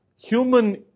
human